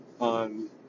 on